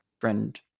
friend